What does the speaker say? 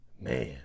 man